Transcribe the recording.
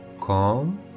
calm